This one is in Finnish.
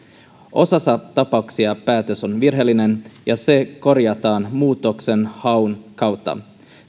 osassa tapauksia päätös on virheellinen ja se korjataan muutoksenhaun kautta